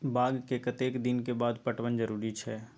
बाग के कतेक दिन के बाद पटवन जरूरी छै?